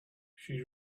she